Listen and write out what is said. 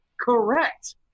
correct